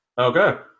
Okay